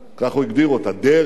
כך הוא הגדיר אותה, "דרך".